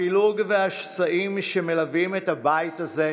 הפילוג והשסעים שמלווים את הבית הזה,